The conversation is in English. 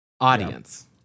Audience